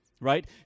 right